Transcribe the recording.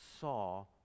saw